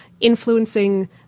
influencing